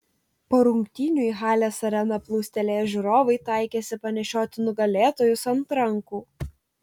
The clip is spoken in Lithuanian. po rungtynių į halės areną plūstelėję žiūrovai taikėsi panešioti nugalėtojus ant rankų